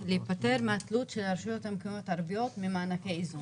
להיפטר מהתלות של הרשויות המקומיות הערביות במענקי איזון.